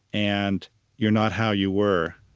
and you're not how you were